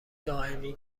دائمی